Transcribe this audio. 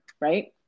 right